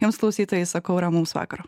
jums klausytojai sakau ramaus vakaro